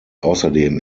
außerdem